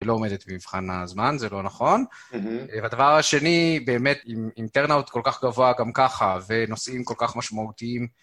שלא עומדת במבחן הזמן, זה לא נכון. והדבר השני, באמת, אם טרנאוט כל כך גבוה גם ככה, ונושאים כל כך משמעותיים,